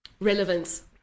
relevance